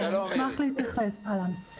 אשמח להתייחס לנושא הזה.